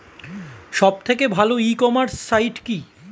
সব থেকে ভালো ই কমার্সে সাইট কী?